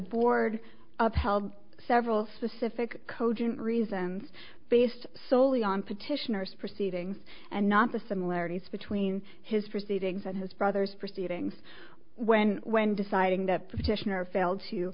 board upheld several specific cogent reasons based solely on petitioners proceedings and not the similarities between his proceedings and his brother's proceedings when when deciding that petitioner failed to